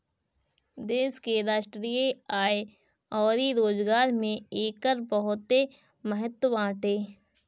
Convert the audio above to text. देश के राष्ट्रीय आय अउरी रोजगार में एकर बहुते महत्व बाटे